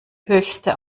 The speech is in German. höchste